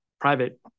private